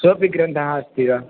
सोपि ग्रन्थः अस्ति वा